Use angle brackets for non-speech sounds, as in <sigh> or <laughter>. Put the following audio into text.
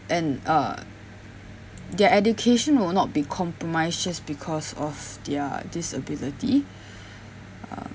and uh their education will not be compromised just because of their disability <breath> uh